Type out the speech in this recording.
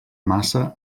massa